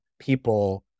people